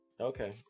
Okay